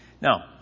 Now